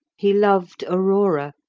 he loved aurora,